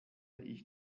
ich